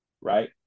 right